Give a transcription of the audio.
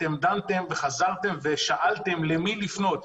אתם דנתם וחזרתם ושאלתם: למי לפנות?